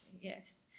yes